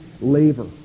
labor